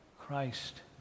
Christ